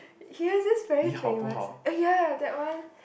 he was just very famous ya that one